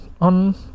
on